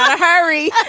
but harry.